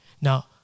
Now